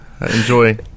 Enjoy